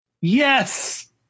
Yes